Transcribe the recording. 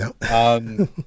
No